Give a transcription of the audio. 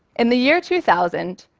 in the year two thousand,